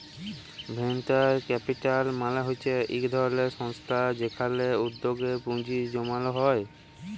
venture capital মালে হচ্যে ইক ধরলের সংস্থা যেখালে উদ্যগে পুঁজি জমাল হ্যয়ে